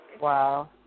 Wow